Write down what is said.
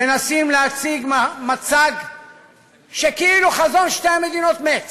מנסים להציג מצג שווא שכאילו חזון שתי המדינות מת.